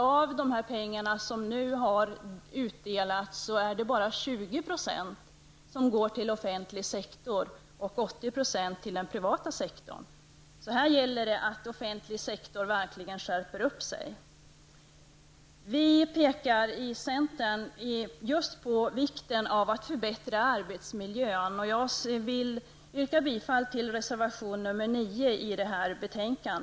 Av de pengar som har utdelats går bara 20 % till den offentliga sektorn och 80 % till den privata sektorn. Här gäller det att offentlig sektor verkligen skärper sig. Från centerns sida pekar vi just på vikten av att förbättra arbetsmiljön. Jag yrkar bifall till reservation nr 9.